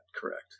correct